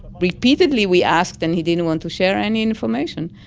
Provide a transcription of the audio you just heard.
repeatedly, we asked. and he didn't want to share any information.